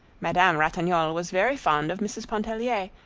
madame ratignolle was very fond of mrs. pontellier,